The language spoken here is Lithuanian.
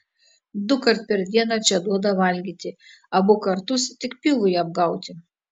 dukart per dieną čia duoda valgyti abu kartus tik pilvui apgauti